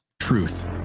Truth